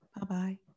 Bye-bye